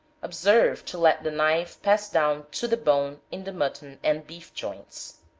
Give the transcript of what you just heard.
observe to let the knife pass down to the bone in the mutton and beef joints.